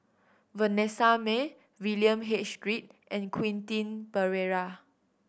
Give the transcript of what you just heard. Vanessa Mae William H Read and Quentin Pereira